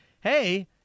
hey